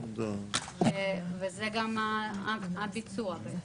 וזה גם הביצוע.